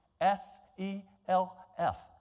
S-E-L-F